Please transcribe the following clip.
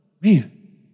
Man